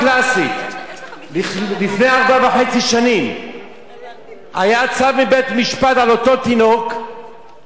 לפני ארבע שנים וחצי היה צו מבית-משפט על אותו תינוק שהחליטו לאמץ,